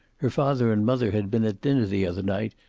her father and mother had been at dinner the other night,